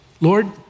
Lord